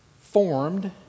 formed